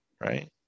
right